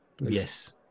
yes